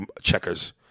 checkers